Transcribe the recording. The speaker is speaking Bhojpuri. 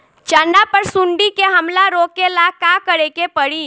चना पर सुंडी के हमला रोके ला का करे के परी?